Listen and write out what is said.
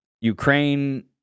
Ukraine